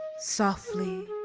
softly.